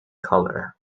color